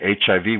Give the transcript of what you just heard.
HIV